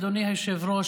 אדוני היושב-ראש,